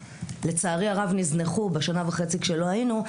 שלצערי הרב נזנחו בשנה וחצי כשלא היינו.